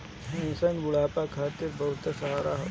pension बुढ़ापा खातिर बहुते सहारा बाटे